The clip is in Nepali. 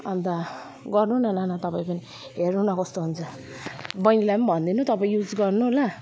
अन्त गर्नू न नाना तपाईँ पनि हेर्नु न कस्तो हुन्छ बहिनीलाई पनि भनिदिनू तपाईँ युज गर्नू ल